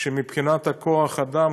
מבחינת כוח האדם,